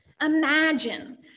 Imagine